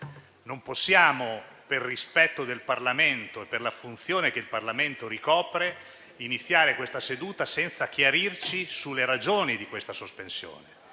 Non possiamo, per rispetto del Parlamento e per la funzione che ricopre, riprendere questa seduta senza chiarirci sulle ragioni di questa sospensione.